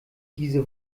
diese